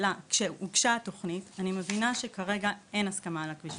כשהוגשה התוכנית ואני מבינה שכרגע אין הסכמה על הכביש,